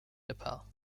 nepal